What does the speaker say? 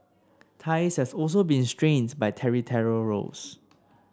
ties has also been strains by territorial rows